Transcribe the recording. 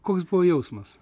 koks buvo jausmas